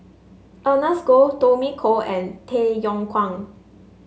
Ernest Goh Tommy Koh and Tay Yong Kwang